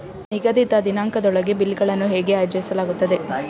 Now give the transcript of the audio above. ನಿಗದಿತ ದಿನಾಂಕದೊಳಗೆ ಬಿಲ್ ಗಳನ್ನು ಹೇಗೆ ಆಯೋಜಿಸಲಾಗುತ್ತದೆ?